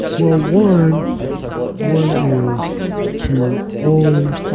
well, one one is to own